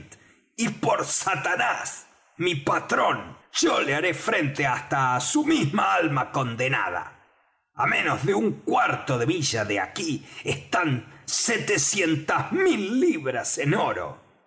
y por satanás mi patrón yo le haré frente hasta á su misma alma condenada á menos de un cuarto de milla de aquí están setecientas mil libras en oro